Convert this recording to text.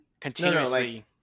continuously